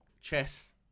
chess